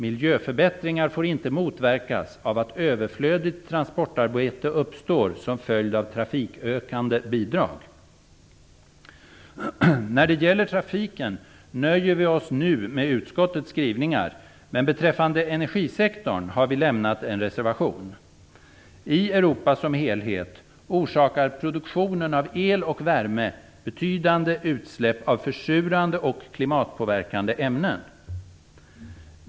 Miljöförbättringar får inte motverkas av att överflödigt transportarbete uppstår som följd av trafikökande bidrag. När det gäller trafiken nöjer vi oss nu med utskottets skrivningar, men beträffande energisektorn har vi lämnat en reservation. I Europa som helhet orsakar produktionen av el och värme betydande utsläpp av försurande och klimatpåverkande ämnen.